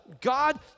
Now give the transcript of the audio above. God